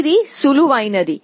ఇది సులువైనది